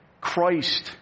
Christ